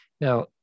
Now